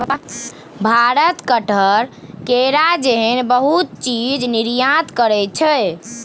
भारत कटहर, केरा जेहन बहुते चीज निर्यात करइ छै